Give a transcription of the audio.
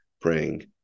praying